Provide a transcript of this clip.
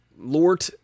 Lord